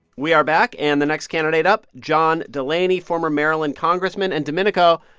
we are back, and the next candidate up john delaney, former maryland congressman and, domenico,